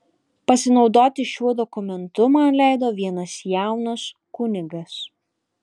pasinaudoti šiuo dokumentu man leido vienas jaunas kunigas